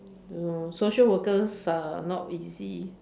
I don't know social workers are not easy